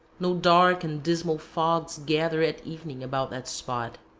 no dark and dismal fogs gather at evening about that spot.